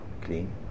clean